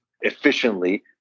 efficiently